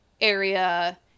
area